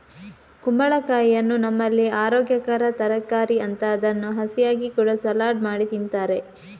ಕುಂಬಳಕಾಯಿಯನ್ನ ನಮ್ಮಲ್ಲಿ ಅರೋಗ್ಯಕರ ತರಕಾರಿ ಅಂತ ಅದನ್ನ ಹಸಿಯಾಗಿ ಕೂಡಾ ಸಲಾಡ್ ಮಾಡಿ ತಿಂತಾರೆ